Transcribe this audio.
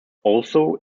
also